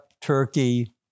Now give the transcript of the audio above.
Turkey